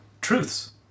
truths